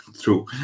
true